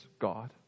God